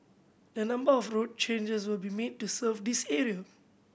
a number of road changes will be made to serve this area